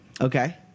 Okay